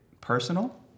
personal